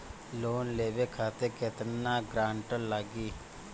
Loan लेवे खातिर केतना ग्रानटर लागी?